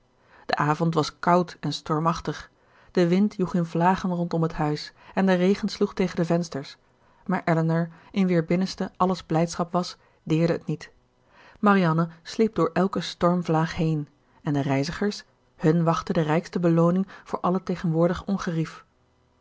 de avond was koud en stormachtig de wind joeg in vlagen rondom het huis en de regen sloeg tegen de vensters maar elinor in wier binnenste alles blijdschap was deerde het niet marianne sliep door elke stormvlaag heen en de reizigers hun wachtte de rijkste belooning voor alle tegenwoordig ongerief